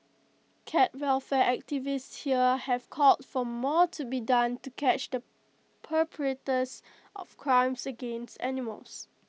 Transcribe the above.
cat welfare activists here have called for more to be done to catch the perpetrators of crimes against animals